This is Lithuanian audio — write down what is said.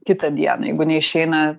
kitą dieną jeigu neišeina